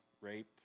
rape